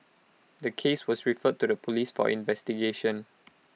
the case was referred to the Police for investigation